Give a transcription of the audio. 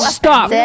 stop